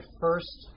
first